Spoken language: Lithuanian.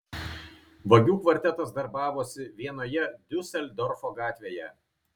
vagių kvartetas darbavosi vienoje diuseldorfo gatvėje